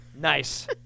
Nice